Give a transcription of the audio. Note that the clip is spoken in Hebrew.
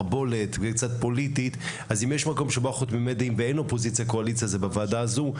מערבולת אם יש מקום שבו אין אופוזיציה וקואליציה זה בוועדה הזו.